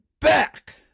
back